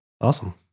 Awesome